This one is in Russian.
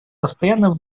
постоянно